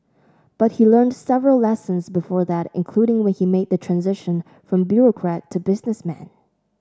but he learnt several lessons before that including when he made the transition from bureaucrat to businessman